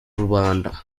rubanda